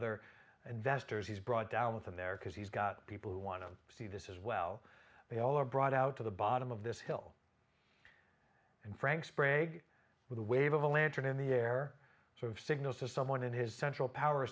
ther investors he's brought down with him there because he's got people who want to see this as well they all are brought out to the bottom of this hill and frank spray with a wave of a lantern in the air sort of signals to someone in his central power